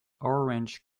orange